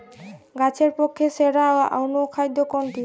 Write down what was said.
গাছের পক্ষে সেরা অনুখাদ্য কোনটি?